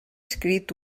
escrit